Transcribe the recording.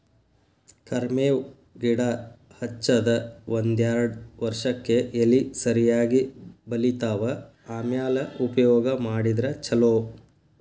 ಕರ್ಮೇವ್ ಗಿಡಾ ಹಚ್ಚದ ಒಂದ್ಯಾರ್ಡ್ ವರ್ಷಕ್ಕೆ ಎಲಿ ಸರಿಯಾಗಿ ಬಲಿತಾವ ಆಮ್ಯಾಲ ಉಪಯೋಗ ಮಾಡಿದ್ರ ಛಲೋ